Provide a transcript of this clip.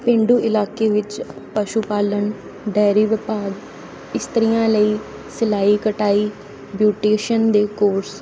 ਪੇਂਡੂ ਇਲਾਕੇ ਵਿੱਚ ਪਸ਼ੂ ਪਾਲਣ ਡੇਅਰੀ ਵਿਭਾਗ ਇਸਤਰੀਆਂ ਲਈ ਸਿਲਾਈ ਕਟਾਈ ਬਿਊਟੀਸ਼ਨ ਦੇ ਕੋਰਸ